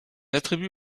attribue